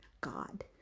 god